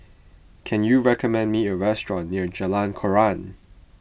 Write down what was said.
can you recommend me a restaurant near Jalan Koran